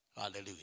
Hallelujah